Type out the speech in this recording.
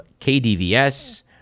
KDVS